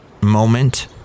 Moment